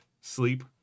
Sleep